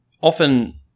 often